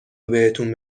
بهتون